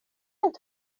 inte